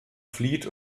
flieht